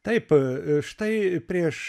taip a štai prieš